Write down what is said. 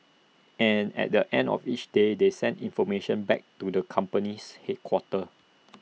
and at the end of each day they send the information back to the company's headquarters